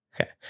okay